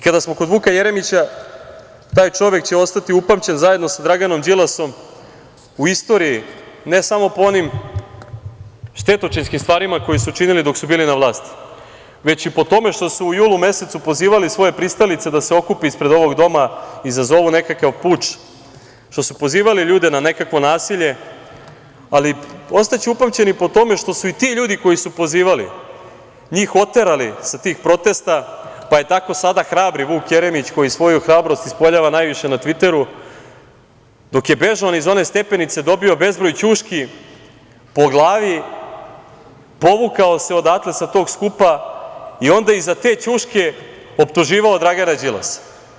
Kada smo kod Vuka Jeremića, taj čovek će ostati upamćen, zajedno sa Draganom Đilasom, u istoriji, ne samo po onim štetočinskim stvarima koje su činili dok su bili na vlasti, već i po tome što su u julu mesecu pozivali svoje pristalice da se okupe ispred ovog doma, izazovu nekakav puč, što su pozivali ljude na nekakvo nasilje, ali ostaće upamćeni i po tome što su i ti ljudi koji su pozivali, njih oterali sa tih protesta, pa je tako sada hrabri Vuk Jeremić, koji svoju hrabrost ispoljava najviše na tviteru, dok je bežao niz one stepenice, dobio bezbroj ćuški po glavi, povukao se odatle sa tog skupa i onda i za te ćuške optuživao Dragana Đilasa.